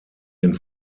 den